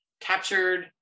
captured